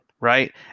Right